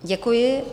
Děkuji.